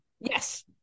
Yes